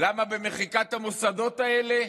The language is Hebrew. למה במחיקת המוסדות האלה?